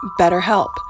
BetterHelp